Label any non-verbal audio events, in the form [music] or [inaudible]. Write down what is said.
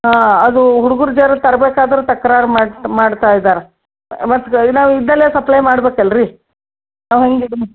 ಹಾಂ ಅದು ಹುಡ್ಗುರು ಜರಾ ತರ್ಬೇಕಾದ್ರೆ ತಕ್ರಾರು ಮಾಡ್ ಮಾಡ್ತಾ ಇದ್ದಾರೆ ಮತ್ತೆ ನಾವು ಇದ್ದಲ್ಲೇ ಸಪ್ಲೈ ಮಾಡಬೇಕಲ್ರಿ ನಾವು [unintelligible]